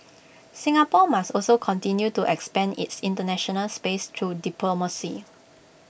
Singapore must also continue to expand its International space through diplomacy